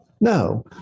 No